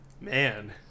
Man